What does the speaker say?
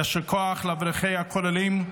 יישר כוח לאברכי הכוללים,